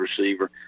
receiver